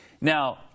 Now